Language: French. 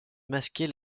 masquer